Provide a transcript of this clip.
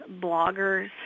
bloggers